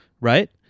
Right